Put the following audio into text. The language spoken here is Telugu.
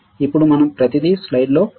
ఇప్పుడు మనం ప్రతిదీ స్లైడ్లలో చూడవచ్చు